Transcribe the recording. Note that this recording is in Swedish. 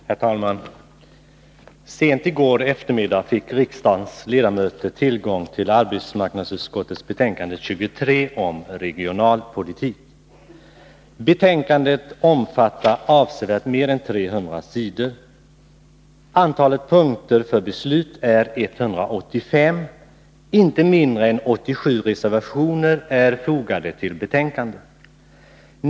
Herr talman! Sent i går eftermiddag fick riksdagens ledamöter tillgång till arbetsmarknadsutskottets betänkande 23 om regionalpolitik. Betänkandet omfattar avsevärt mer än 300 sidor. Antalet punkter för beslut är 185. Inte mindre än 85 reservationer är fogade till betänkandet.